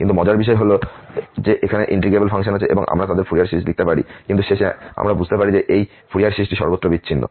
কিন্তু মজার বিষয় হল যে এখানে ইন্টিগ্রেবল ফাংশন আছে এবং আমরা তাদের ফুরিয়ার সিরিজ লিখতে পারি কিন্তু শেষে আমরা বুঝতে পারি যে এই ফুরিয়ার সিরিজটি সর্বত্র বিচ্ছিন্ন